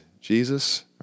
Jesus